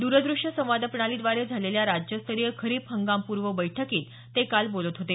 दूरदृश्य संवाद प्रणालीद्वारे झालेल्या राज्यस्तरीय खरीप हंगामपूर्व बैठकीत ते काल बोलत होते